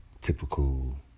typical